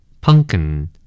Pumpkin